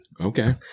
Okay